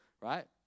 right